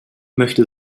möchte